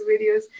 videos